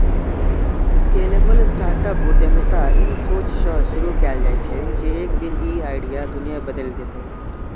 scalable startup उद्यमिता ई सोचसं शुरू कैल जाइ छै, जे एक दिन ई आइडिया दुनिया बदलि देतै